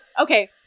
Okay